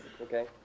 Okay